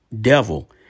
devil